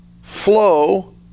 flow